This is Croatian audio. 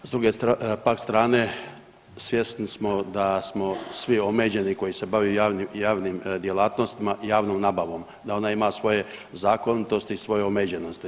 S druge pak strane, svjesni smo da smo svi omeđeni koji se bave javnim djelatnostima, javnom nabavom, da ona ima svoje zakonitosti i svoje omeđenosti.